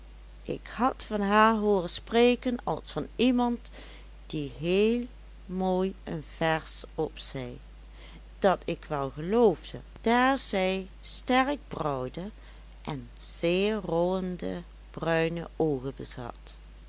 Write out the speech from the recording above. ik had van haar hooren spreken als van iemand die heel mooi een vers opzei dat ik wel geloofde daar zij sterk brouwde en zeer rollende bruine oogen bezat